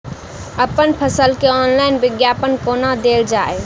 अप्पन फसल केँ ऑनलाइन विज्ञापन कोना देल जाए?